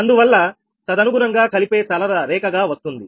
అందువల్ల తదనుగుణంగా కలిపే సరళరేఖ గా వస్తుంది